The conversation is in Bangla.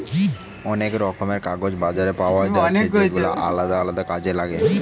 অনেক রকমের কাগজ বাজারে পায়া যাচ্ছে যেগুলা আলদা আলদা কাজে লাগে